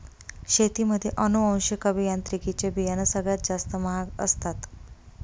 शेतीमध्ये अनुवांशिक अभियांत्रिकी चे बियाणं सगळ्यात जास्त महाग असतात